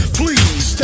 please